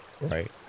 right